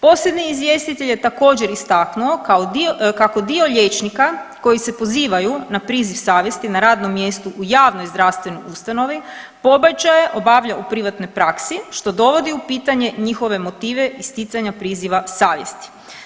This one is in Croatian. Posebni izvjestitelj je također, istaknuo kako dio liječnika koji se pozivaju na priziv savjesti na radnom mjestu u javnoj zdravstvenoj ustanovi, pobačaje obavlja u privatnoj praksi, što dovodi u pitanje njihove motive isticanja priziva savjesti.